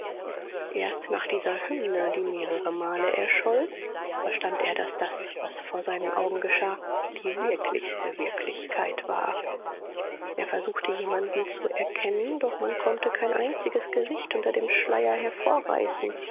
erst nach dieser hymne die mehrere male erscholl verstand er daß das was vor seinen augen geschah die wirklichste wirklichkeit war er versuchte jemand zu erkennen doch man konnte kein einziges gesicht unter dem schleier hervorreißen